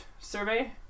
survey